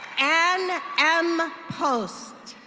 and m post.